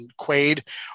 Quaid